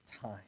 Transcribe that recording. time